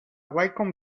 wacom